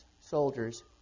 soldiers